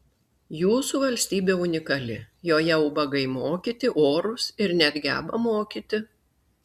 jūsų valstybė unikali joje ubagai mokyti orūs ir net geba mokyti